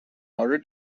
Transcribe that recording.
order